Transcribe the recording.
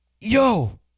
yo